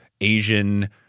Asian